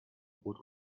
brot